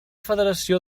federació